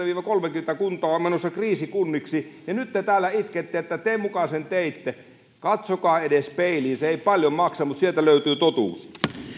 viiva kolmekymmentä kuntaa menossa kriisikunniksi ja nyt te täällä itkette että te muka tämän teitte katsokaa edes peiliin se ei paljon maksa mutta sieltä löytyy totuus